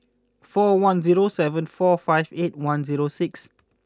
four one zero seven four five eight one zero six